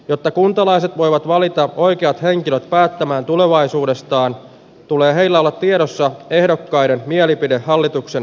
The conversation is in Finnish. jotta kuntalaiset voivat valita oikeat henkilöt päättämään tulevaisuudestaan tulee illalla tiedossa ehdokkaiden mielipide hallituksen